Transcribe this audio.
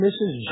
Mrs